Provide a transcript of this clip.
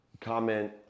comment